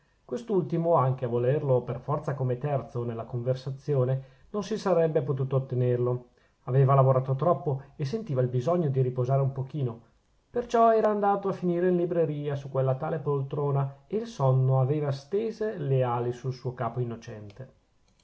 quest'ultimo anche a volerlo per forza come terzo nella conversazione non si sarebbe potuto ottenerlo aveva lavorato troppo e sentiva il bisogno di riposare un pochino perciò era andato a finire in libreria su quella tale poltrona e il sonno aveva stese le ali sul suo capo innocente